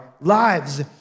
lives